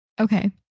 Okay